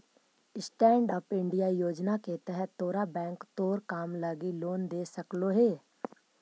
stand Up India योजना के तहत तोरा बैंक तोर काम लागी लोन दे सकलो हे